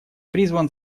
призван